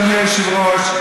אדוני היושב-ראש,